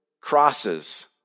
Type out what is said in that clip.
crosses